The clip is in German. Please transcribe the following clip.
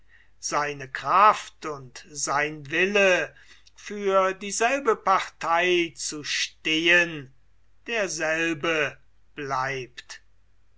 seine kraft und sein wille für dieselbe partei zu stehen derselbe bleibt